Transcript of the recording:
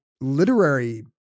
literary